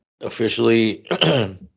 Officially